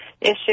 issue